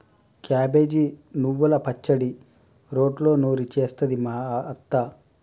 cabbage నువ్వల పచ్చడి రోట్లో నూరి చేస్తది మా అత్త